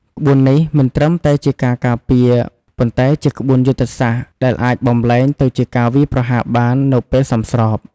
ក្បួននេះមិនត្រឹមតែជាការពារ ប៉ុន្តែជាក្បួនយុទ្ធសាស្ត្រដែលអាចបម្លែងទៅជាការវាយប្រហារបាននៅពេលសមស្រប។